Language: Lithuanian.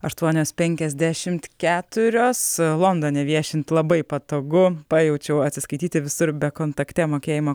aštuonios penkiasdešimt keturios londone viešint labai patogu pajaučiau atsiskaityti visur bekontakte mokėjimo